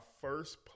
first